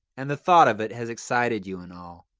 and the thought of it has excited you, and all.